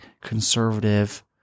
conservative